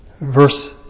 Verse